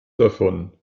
davon